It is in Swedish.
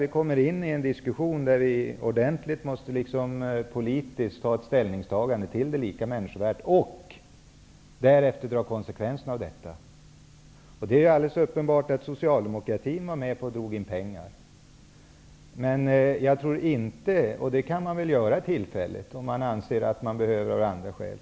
I den här diskussionen måste vi göra ett ordentligt politiskt ställningstagande för människors lika värde och därefter ta konsekvenserna av detta. Det är alldeles uppenbart att Socialdemokraterna var med och drog in pengar. Man skulle väl kunna göra det tillfälligt om man av andra skäl anser att det skulle behövas.